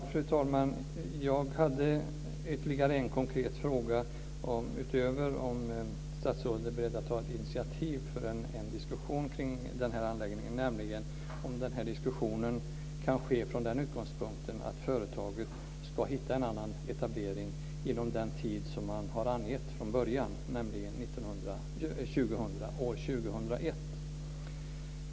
Fru talman! Jag har ytterligare en konkret fråga utöver frågan om statsrådet är beredd att ta ett initiativ för en diskussion kring den här anläggningen, nämligen om den här diskussionen kan ske från den utgångspunkten att företaget ska hitta en annan etablering inom den tid som man har angett från början, dvs. år 2001.